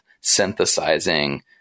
synthesizing